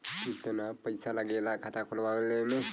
कितना पैसा लागेला खाता खोलवावे में?